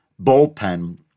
bullpen